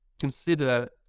consider